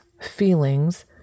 feelings